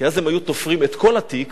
כי אז הם היו תופרים את כל התיק,